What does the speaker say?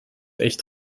echt